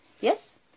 Yes